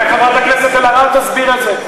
אולי חברת הכנסת אלהרר תסביר את זה.